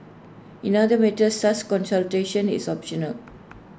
in other matters such consultation is optional